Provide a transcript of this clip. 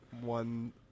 one